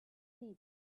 seabed